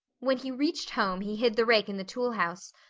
when he reached home he hid the rake in the tool house,